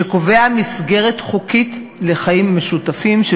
שקובע מסגרת חוקית לחיים משותפים של